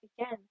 again